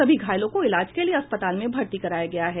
सभी घायलों को इलाज के लिए अस्पताल में भर्ती कराया गया है